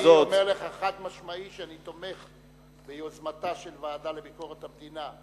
אני אומר לך חד-משמעית שאני תומך ביוזמתה של הוועדה לביקורת המדינה,